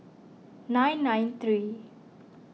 nine nine three